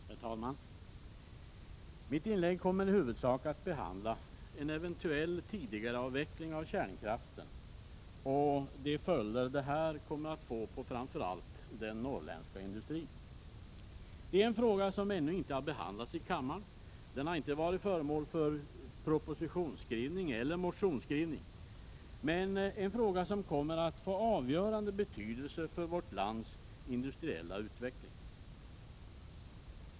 Herr talman! Jag skall i mitt inlägg i huvudsak behandla en eventuellt tidigare avveckling av kärnkraften och de följder det får för framför allt den norrländska industrin. Det är en fråga som ännu inte har behandlats i kammaren, som inte har varit föremål för propositionseller motionsskrivning, men det är en fråga som kommer att få avgörande betydelse för vårt lands industriella utveckling.